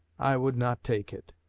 i would not take it,